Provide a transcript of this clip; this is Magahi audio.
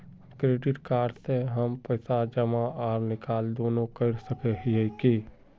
क्रेडिट कार्ड से हम पैसा जमा आर निकाल दोनों कर सके हिये की?